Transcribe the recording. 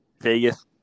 Vegas